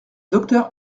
docteur